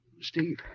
Steve